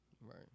Right